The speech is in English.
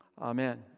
Amen